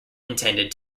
intended